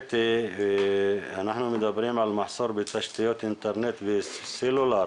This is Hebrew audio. אנחנו מדברים על מחסור בתשתיות אינטרנט וסלולר